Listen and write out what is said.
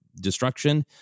destruction